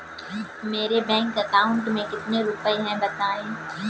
मेरे bank account में कितने रुपए हैं बताएँ?